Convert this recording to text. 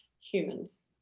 humans